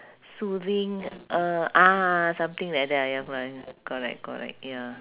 soothing uh ah something like that ya correct correct ya